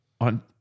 on